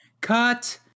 cut